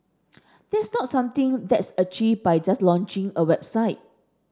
that's not something that's achieved by just launching a website